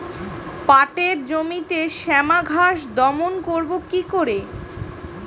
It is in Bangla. পাটের জমিতে শ্যামা ঘাস দমন করবো কি করে?